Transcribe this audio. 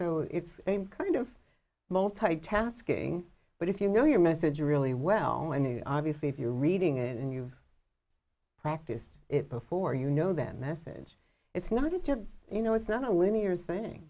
so it's kind of multitasking but if you know your message really well minute obviously if you're reading it and you've practiced it before you know that message it's not a joke you know it's not a linear thing